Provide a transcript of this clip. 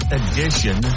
edition